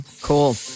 Cool